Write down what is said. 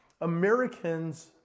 Americans